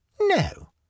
No